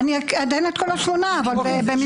אני אתן את כל השמונה אבל במהירות.